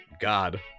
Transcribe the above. God